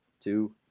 two